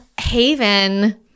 Haven